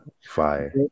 Fire